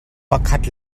pakhat